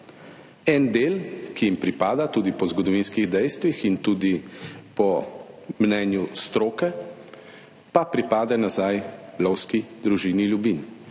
en del, ki jim pripada, tudi po zgodovinskih dejstvih in tudi po mnenju stroke, pa pripade nazaj lovski družini Ljubinj